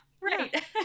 Right